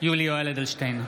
יולי יואל אדלשטיין,